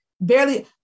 barely